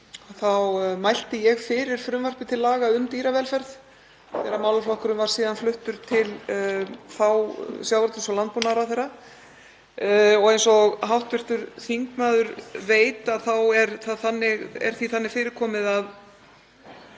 þá mælti ég fyrir frumvarpi til laga um dýravelferð þegar málaflokkurinn var síðan fluttur til sjávarútvegs- og landbúnaðarráðherra. Eins og hv. þingmaður veit þá er því þannig fyrir komið að